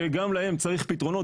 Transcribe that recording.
שגם להם צריך פתרונות.